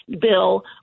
bill